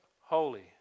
holy